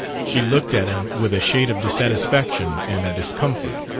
she looked at him with a shade of dissatisfaction and discomfort.